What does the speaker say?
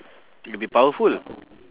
you will be powerful